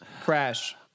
crash